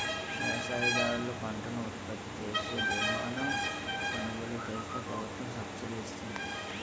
వ్యవసాయదారులు పంటను ఉత్పత్తిచేసే బీమాను కొలుగోలు చేస్తే ప్రభుత్వం సబ్సిడీ ఇస్తుంది